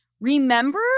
remember